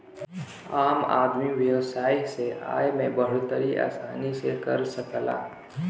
आम आदमी व्यवसाय से आय में बढ़ोतरी आसानी से कर सकला